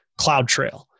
CloudTrail